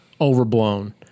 overblown